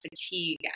fatigue